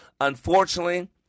Unfortunately